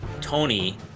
Tony